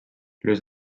les